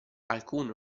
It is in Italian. alcune